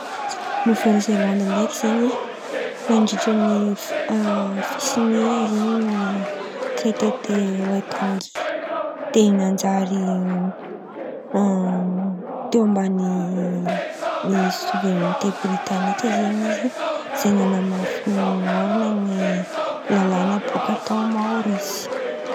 Novely Zelandy ndraiky zen̈y nandritry ny fa sine zan̈y trete de nôtangy. De nanjary tao ambany soverenite Britanika zen̈y izy zey nanamafy ny lalàna ny lalàna bôka taô môrisy.